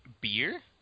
beer